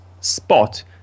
spot